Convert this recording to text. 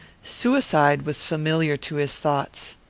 suicide was familiar to his thoughts.